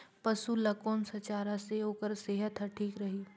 पशु ला कोन स चारा से ओकर सेहत ठीक रही?